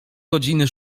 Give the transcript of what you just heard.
godziny